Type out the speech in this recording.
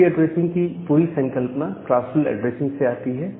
IP address की पूरी संकल्पना क्लासफुल ऐड्रेसिंग से आती है